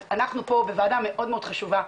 אז אנחנו פה בוועדה מאוד מאוד חשובה.